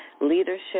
leadership